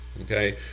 Okay